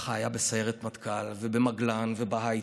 ככה היה בסיירת מטכ"ל, במגלן ובהייטק.